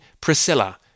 Priscilla